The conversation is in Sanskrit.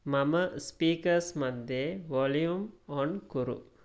मम स्पीकर्स् मध्ये वाल्यूम् ओन् कुरु